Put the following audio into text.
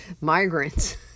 migrants